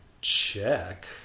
check